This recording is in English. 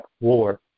War